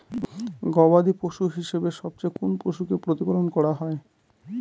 গবাদী পশু হিসেবে সবচেয়ে কোন পশুকে প্রতিপালন করা হয়?